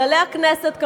כללי הכנסת,